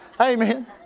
Amen